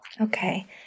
Okay